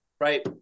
Right